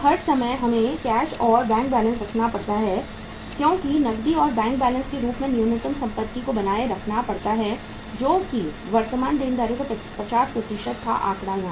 हर समय हमें कैश और बैंक बैलेंस रखना पड़ता है क्योंकि नकदी या बैंक बैलेंस के रूप में न्यूनतम संपत्ति को बनाए रखना पड़ता है जो कि वर्तमान देनदारियों का 50 था आंकड़ा यहाँ